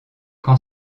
qu’en